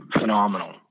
phenomenal